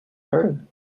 heard